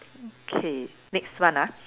K next one ah